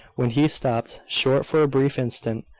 when he stopped short for a brief instant,